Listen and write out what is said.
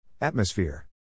Atmosphere